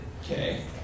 Okay